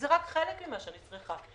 זה רק חלק ממה שאני צריכה.